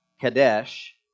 Kadesh